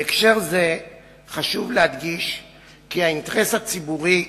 בהקשר זה חשוב להדגיש כי האינטרס הציבורי,